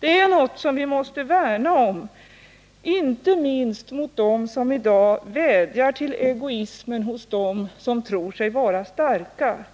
Det är något som vi måste värna om, inte minst mot dem som i dag vädjar till egoismen hos dem som tror sig vara starka,